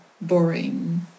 boring